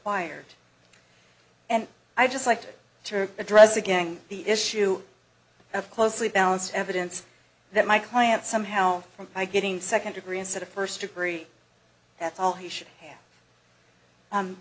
wired and i just liked to address again the issue of closely balanced evidence that my client somehow getting second degree instead of first degree that's all he should